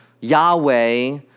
Yahweh